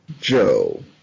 Joe